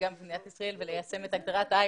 כלומר הסמכויות הן המפתח.